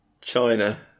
China